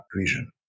vision